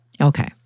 Okay